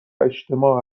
اجتماع